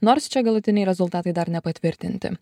nors čia galutiniai rezultatai dar nepatvirtinti